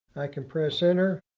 i can press enter,